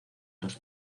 dos